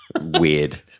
Weird